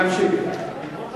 תגמור את